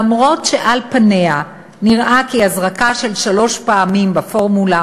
למרות שעל-פניה נראה כי הזרקה של שלוש פעמים בפורמולה